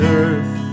earth